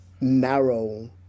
narrow